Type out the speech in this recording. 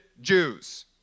Jews